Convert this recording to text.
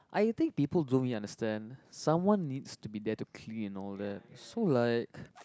I think people don't really understand someone needs to be there to clean all that so like